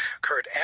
Kurt